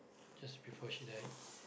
just before she died